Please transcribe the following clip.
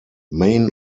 main